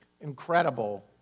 Incredible